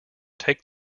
take